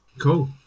Cool